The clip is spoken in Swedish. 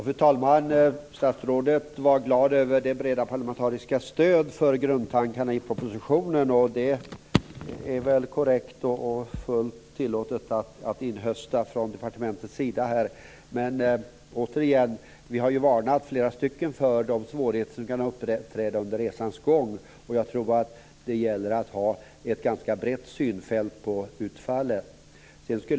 Fru talman! Statsrådet var glad över det breda parlamentariska stödet som finns för grundtankarna i propositionen. Det är väl korrekt och fullt tillåtet att departementet inhöstar det. Men jag vill återigen säga att vi är flera stycken som har varnat för de svårigheter som kan uppträda under resan gång. Jag tror att det gäller att ha ett ganska brett synsätt på utfallet.